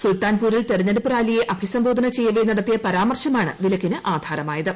സുൽത്താൻപൂരിൽ തെരഞ്ഞെടുപ്പ് റാലിയെ അഭിസംബോധന ചെയ്യവെ നടത്തിയ പരാമർശമാണ് വിലക്കിന് ആധാരമായത്